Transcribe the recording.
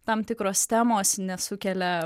tam tikros temos nesukelia